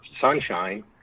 sunshine